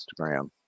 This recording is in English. Instagram